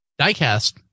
diecast